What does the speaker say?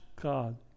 God